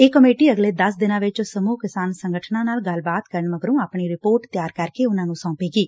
ਇਹ ਕਮੇਟੀ ਅਗਲੇ ਦਸ ਦਿਨਾਂ ਵਿਚ ਸਮੂਹ ਕਿਸਾਨ ਸੰਗਠਨਾਂ ਨਾਲ ਗੱਲਬਾਤ ਕਰਨ ਮਗਰੋਂ ਆਪਣੀ ਰਿਪੋਰਟ ਤਿਆਰ ਕਰਕੇ ਉਨ੍ਹਾਂ ਨੂੰ ਸੌਪੇਗੀ